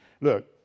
Look